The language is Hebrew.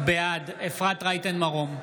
בעד אפרת רייטן מרום,